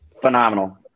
Phenomenal